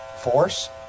force